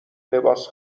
لباس